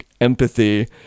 empathy